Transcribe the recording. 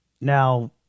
Now